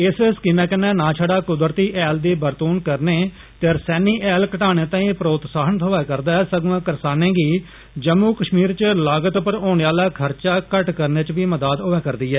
इस स्कीम कन्नै नां छड़ा कुदरती हैल दी बरतून करने ते रसैनी हैल घटाने तांई प्रोत्साहन थोवै करदा ऐ सगुआं करसानें गी जम्मू कश्मीर च लागत पर होने आला खर्चा घट्ट कररने च बी मदाद होवै करदी ऐ